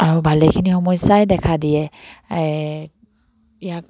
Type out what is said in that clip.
আৰু ভালেখিনি সমস্যাই দেখা দিয়ে ইয়াক